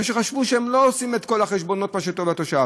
מפני שהם חשבו שהם לא עושים את כל החשבונות מה טוב לתושב.